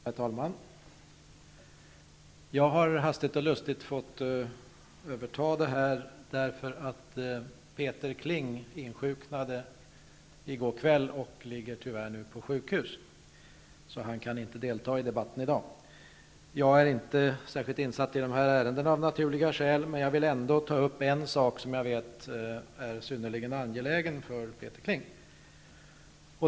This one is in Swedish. Herr talman! Jag har hastigt och lustigt fått överta uppgiften att företräda mitt parti här, eftersom Peter Kling i går kväll tyvärr insjuknade och nu ligger på sjukhus. Han kan alltså inte delta i debatten i dag. Jag är av naturliga skäl inte särskilt insatt i dessa ärenden, men jag vill ändå ta upp en fråga som jag vet är synnerligen angelägen för Peter Kling.